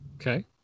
Okay